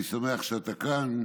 אני שמח שאתה כאן.